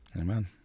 Amen